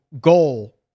goal